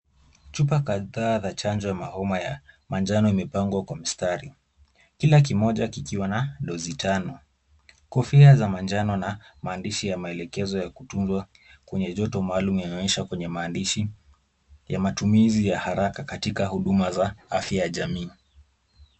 Chupa kadha za chanjo na homa ya manjano imepangwa kwa mstari, kila kimoja kikiwa na dosi tano. Kofia za manjano na maandishi ya maelekezo ya kutunzwa kwenye joto maalum yanaonyeshwa kwenye mandishi ya matumizi ya haraka katika huduma za afya ya jamii.